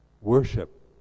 worship